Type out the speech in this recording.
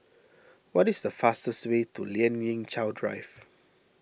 what is the fastest way to Lien Ying Chow Drive